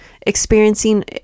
experiencing